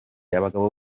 abagabo